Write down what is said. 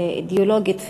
אידיאולוגית וערכית,